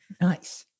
nice